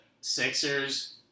Sixers